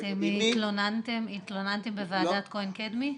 אתם התלוננתם בוועדת כהן-קדמי?